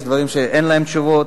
יש דברים שאין להם תשובות.